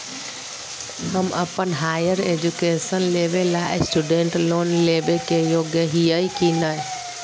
हम अप्पन higher education लेबे ला स्टूडेंट लोन लेबे के योग्य हियै की नय?